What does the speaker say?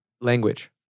language